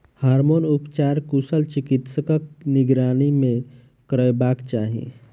hormone उपचार कुशल चिकित्सकक निगरानी मे करयबाक चाही